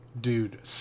Dude